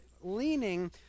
leaning